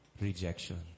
rejection